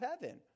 heaven